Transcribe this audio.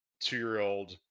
two-year-old